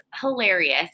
hilarious